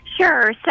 Sure